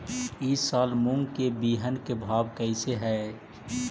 ई साल मूंग के बिहन के भाव कैसे हई?